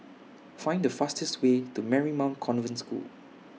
Find The fastest Way to Marymount Convent School